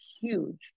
huge